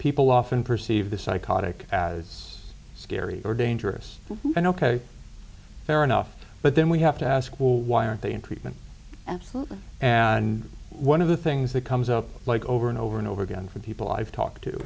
people often perceive the psychotic as scary or dangerous and ok fair enough but then we have to ask why are they in treatment absolutely and one of the things that comes up like over and over and over again from people i've talked to